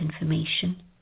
information